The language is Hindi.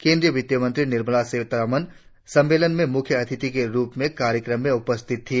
केंद्रीय वित्तमंत्री निर्मला सीतारमण सम्मेलन में मुख्य अतिथि के रुप में कार्यक्रम में उपस्थित थी